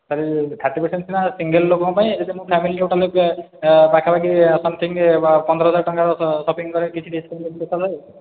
thirty percent ସିନା single ଲୋକଙ୍କ ପାଇଁ ଯଦି ମୁଁ ଫାମିଲି ଟୋଟାଲ୍ ପାଖାପାଖି ସମ୍ଥିଙ୍ଗ୍ ପନ୍ଦର ହଜାର ଟଙ୍କାର ସପିଂ କରେ କିଛି ଡିସ୍କାଉଣ୍ଟ